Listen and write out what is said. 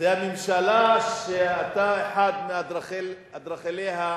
זו הממשלה שאתה אחד מאדריכליה,